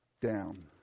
down